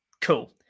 Cool